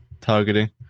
targeting